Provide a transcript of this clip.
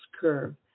curve